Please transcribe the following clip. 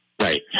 Right